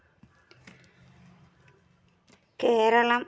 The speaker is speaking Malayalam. കേരളം